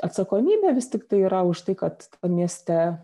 atsakomybė vis tiktai yra už tai kad mieste